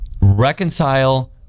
reconcile